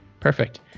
Perfect